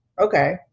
Okay